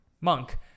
monk